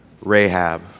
Rahab